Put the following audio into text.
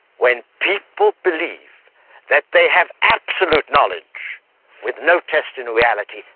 when people believe that they have absolute knowledge with no test in reality,